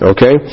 Okay